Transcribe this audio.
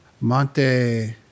Monte